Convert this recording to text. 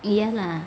ya lah